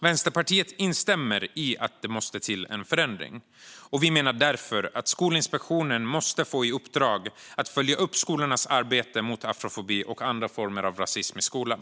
Vänsterpartiet instämmer i att det måste till en förändring. Vi menar därför att Skolinspektionen måste få i uppdrag att följa upp skolornas arbete mot afrofobi och andra former av rasism i skolan.